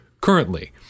currently